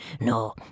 No